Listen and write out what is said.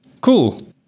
cool